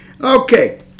Okay